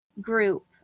group